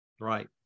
Right